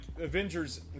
Avengers